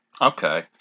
Okay